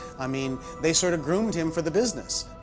i mean they sort of groomed him for the business.